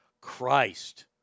Christ